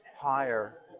higher